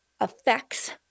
Effects